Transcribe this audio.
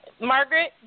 Margaret